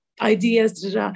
ideas